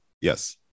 Yes